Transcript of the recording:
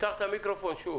לא שמענו חלק גדול מהסקירה שלך,